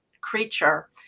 creature